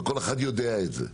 וכל אחד יודע את זה,